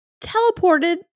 teleported